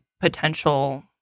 potential